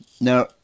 Now